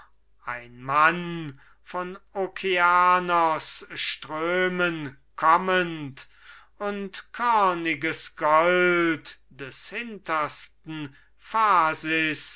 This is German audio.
ein mann von okeanos strömen kommend und körniges gold des hintersten phasis